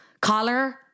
collar